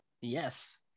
Yes